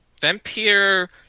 Vampire